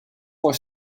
for